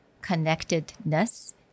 connectedness